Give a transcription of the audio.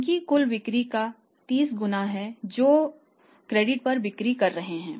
उनकी कुल बिक्री का 30 गुना है वे जो क्रेडिट पर बिक्री रहे हैं